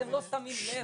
אתם לא שמים לב.